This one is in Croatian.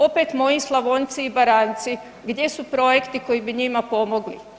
Opet moji Slavonci i Baranjci, gdje su projekti koji bi njima pomogli?